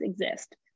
exist